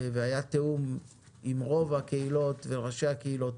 והיה תיאום עם רוב הקהילות וראשי הקהילות.